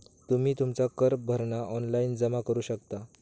तुम्ही तुमचा कर भरणा ऑनलाइन जमा करू शकता